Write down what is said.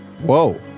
whoa